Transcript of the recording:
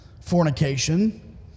fornication